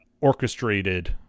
orchestrated